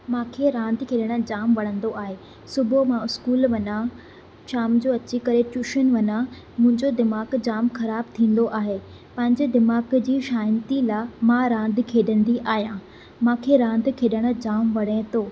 मूंखे रांदि खेॾणु जाम वणंदो आहे सुबुह मां स्कूल वञां शाम जो अची करे ट्यूशन वञां मुंहिंजो दिमाग़ जाम ख़राबु थींदो आहे पंहिंजे दिमाग़ जी शांती लाइ मां रांदि खेॾंदी आहियां मूंखे रांदि खेॾणु जाम वणे थो